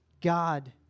God